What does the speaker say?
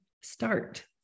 start